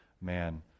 man